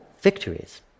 victories